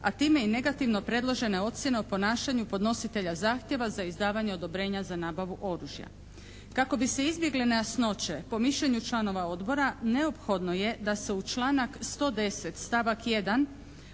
a time i negativno predložene ocjene o ponašanju podnositelja zahtjeva za izdavanje odobrenja za nabavu oružja. Kako bi se izbjegle nejasnoće po mišljenju članova odbora neophodno je da se u članak 110. stavak 1.